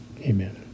Amen